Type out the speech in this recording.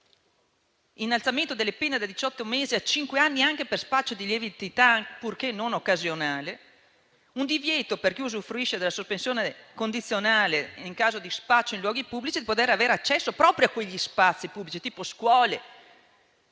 l'innalzamento delle pene da diciotto mesi a cinque anni anche per spaccio di lieve entità, purché non occasionale; prevede un divieto, per chi usufruisce della sospensione condizionale in caso di spaccio in luoghi pubblici, di avere accesso proprio a quegli spazi pubblici, come le scuole.